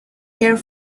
care